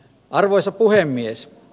arvoisa puhemies